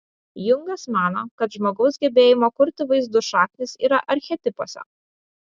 jungas mano kad žmogaus gebėjimo kurti vaizdus šaknys yra archetipuose